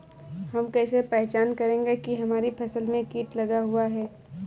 हम कैसे पहचान करेंगे की हमारी फसल में कीट लगा हुआ है?